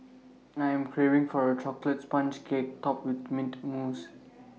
I am craving for A Chocolate Sponge Cake Topped with Mint Mousse